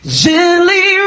gently